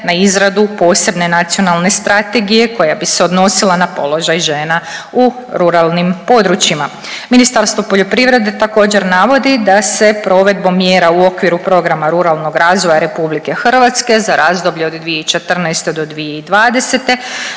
na izradu posebne Nacionalne strategije koja bi se odnosila na položaj žena u ruralnim područjima. Ministarstvo poljoprivrede također navodi da se provedbom mjera u okviru programa ruralnog razvoja RH za razdoblje od 2014. do 2020.